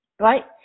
right